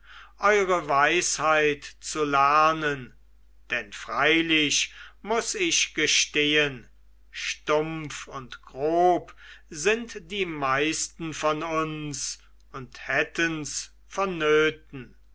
eure weisheit zu lernen denn freilich muß ich gestehen stumpf und grob sind die meisten von uns und hättens vonnöten